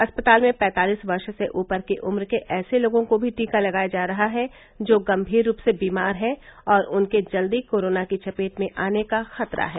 अस्पताल में पैंतालीस वर्ष से ऊपर की उम्र के ऐसे लोगों को भी टीका लगाया जा रहा है जो गंभीर रूप से बीमार हैं और उनके जल्दी कोरोना की चपेट में आने का खतरा है